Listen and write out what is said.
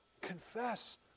Confess